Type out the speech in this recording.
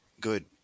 Good